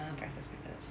ah breakfast breakfast